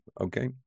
Okay